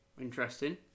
Interesting